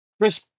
Chris